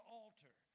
altar